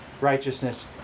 righteousness